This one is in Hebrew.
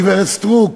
גברת סטרוק,